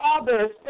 others